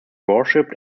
worshipped